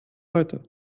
heute